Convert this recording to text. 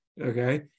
okay